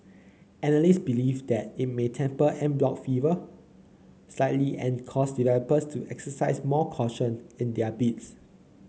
analysts believe that it may temper en bloc fervour slightly and cause developers to exercise more caution in their bids